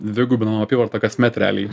dvigubinom apyvartą kasmet realiai